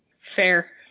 Fair